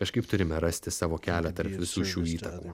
kažkaip turime rasti savo kelią tarp visų šių įtakų